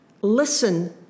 listen